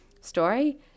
story